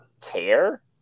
care